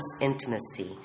intimacy